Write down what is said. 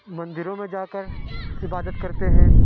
مندروں میں جا کر عبادت کرتے ہیں